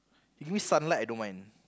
give me sunlight I don't mind